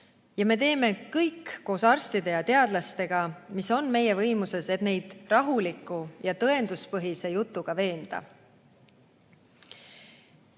Ja me teeme koos arstide ja teadlastega kõik, mis on meie võimuses, et neid rahuliku ja tõenduspõhise jutuga veenda.